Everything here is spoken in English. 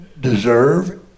deserve